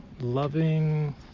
loving